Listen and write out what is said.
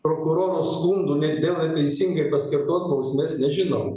prokuroro skundų ne dėl neteisingai paskirtos bausmės nežinom